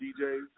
DJs